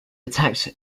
attacked